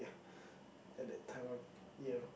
at that time of year